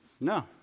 No